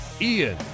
Ian